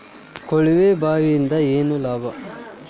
ಕೊಳವೆ ಬಾವಿಯಿಂದ ಏನ್ ಲಾಭಾ?